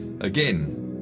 Again